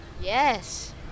Yes